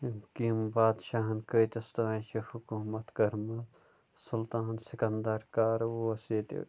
کِم بادشاہَن کۭتِس تانۍ چھِ حکوٗمَت کٔرمٕژ سُلطان سِکنٛدَر کَر اوس ییٚتہِ